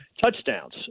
touchdowns